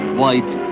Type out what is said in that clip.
white